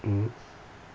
mmhmm